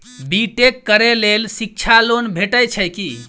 B Tech करै लेल शिक्षा लोन भेटय छै की?